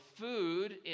food